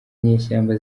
nyeshyamba